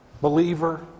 believer